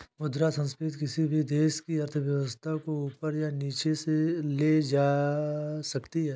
मुद्रा संस्फिति किसी भी देश की अर्थव्यवस्था को ऊपर या नीचे ले जा सकती है